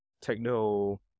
techno